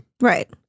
Right